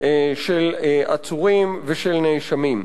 של עצורים ושל נאשמים.